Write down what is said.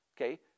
okay